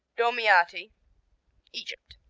domiati egypt